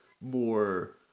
more